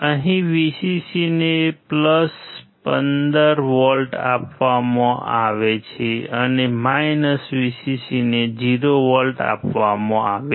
અહીં Vcc ને 15V આપવામાં આવે છે અને Vcc ને 0V આપવામાં આવે છે